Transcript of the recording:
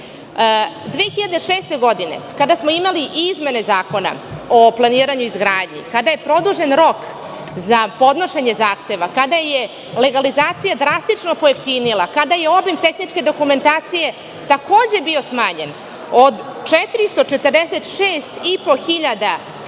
2006. kada smo imali i izmene Zakona o planiranju i izgradnji, kada je produžen rok za podnošenje zahteva, kada je legalizacija drastično pojeftinila, kada je obim tehničke dokumentacije takođe bio smanjen, od 446.500